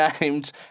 named